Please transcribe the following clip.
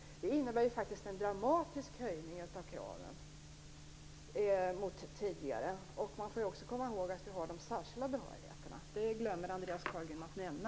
Det innebär ju faktiskt en dramatisk höjning av kraven mot tidigare. Man får också komma ihåg att vi har de särskilda behörigheterna. Det glömmer Andreas Carlgren att nämna.